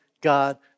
God